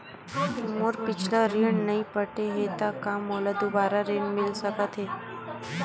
मोर पिछला ऋण नइ पटे हे त का मोला दुबारा ऋण मिल सकथे का?